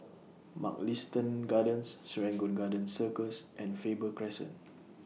Mugliston Gardens Serangoon Garden Circus and Faber Crescent